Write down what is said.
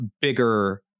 bigger